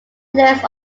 list